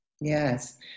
Yes